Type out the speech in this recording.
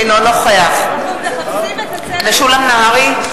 אינו נוכח משולם נהרי,